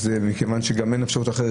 מכיוון שגם אין אפשרות אחרת,